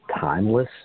timeless